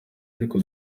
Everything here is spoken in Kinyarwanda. ariko